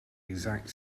exact